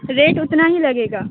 rate اتنا ہی لگے گا